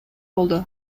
болду